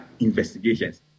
Investigations